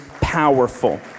powerful